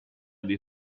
dei